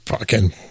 again